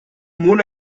mona